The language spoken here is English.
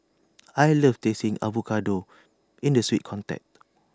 I love tasting avocado in the sweet context